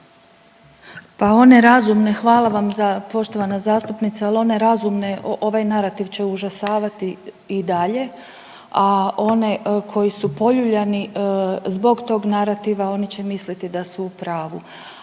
Pa one razumne, hvala vam poštovana zastupnice, al one razumne ovaj narativ će užasavati i dalje, a one koji su poljuljani zbog tog narativa oni će misliti da su u pravu,